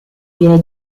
viene